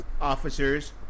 officers